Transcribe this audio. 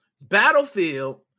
Battlefield